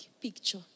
picture